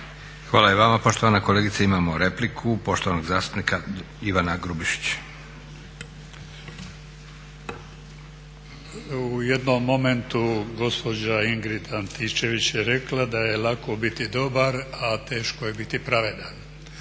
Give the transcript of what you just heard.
Hvala i vama poštovana kolegice. Imamo repliku poštovanog zastupnika Ivana Grubišića. **Grubišić, Ivan (Nezavisni)** U jednom momentu gospođa Ingrid Antičević je rekla da je lako biti dobar a teško je biti pravedan.